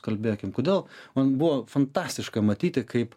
kalbėkim kodėl man buvo fantastiška matyti kaip